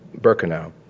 Birkenau